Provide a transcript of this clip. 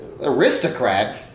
aristocrat